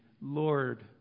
Lord